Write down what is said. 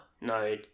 No